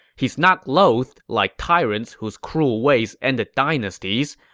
he's not loathed like tyrants whose cruel ways ended dynasties.